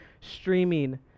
streaming